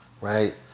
right